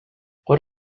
what